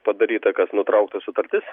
padaryta kas nutraukta sutartis